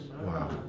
Wow